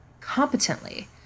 competently